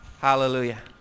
Hallelujah